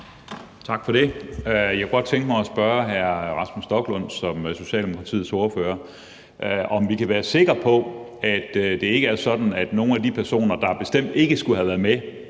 Tak for det. Jeg kunne godt tænke mig at spørge hr. Rasmus Stoklund som Socialdemokratiets ordfører, om vi kan være sikre på, at det ikke er sådan, at nogle af de personer, der bestemt ikke skulle have været med